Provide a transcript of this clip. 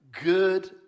good